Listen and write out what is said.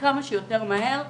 וכמה שיותר מהר,